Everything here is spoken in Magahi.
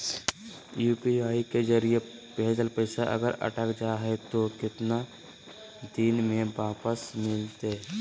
यू.पी.आई के जरिए भजेल पैसा अगर अटक जा है तो कितना दिन में वापस मिलते?